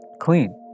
clean